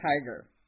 Tiger